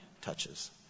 touches